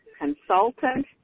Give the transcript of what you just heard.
consultant